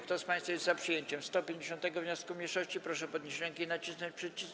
Kto z państwa jest za przyjęciem 156. wniosku mniejszości, proszę podnieść rękę i nacisnąć przycisk.